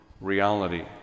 reality